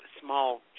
Small